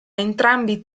entrambi